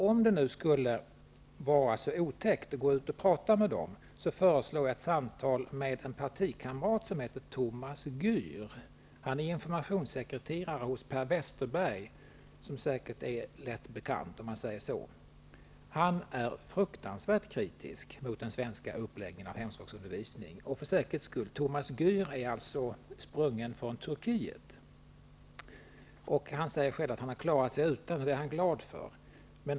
Om det nu skulle vara så otäckt att gå ut och prata med dem, föreslår jag ett samtal med en partikamrat till Han är informationssekreterare hos Per Westerberg, som säkert är bekant. Han är fruktansvärt kritisk mot den svenska uppläggningen av hemspråksundervisning. För säkerhets skull vill jag säga att Thomas Gür har sitt ursprung i Turkiet. Han säger själv att han har klarat sig utan, och det är han glad för.